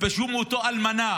תתביישו מאותה אלמנה